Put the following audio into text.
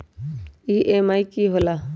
EMI की होला?